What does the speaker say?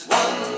one